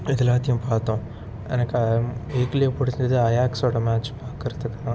இது எல்லாத்தையும் பார்த்தோம் எனக்கு இதில் பிடிச்சது ஐயாக்ஸோடய மேட்ச் பார்க்கறத்துக்கு தான்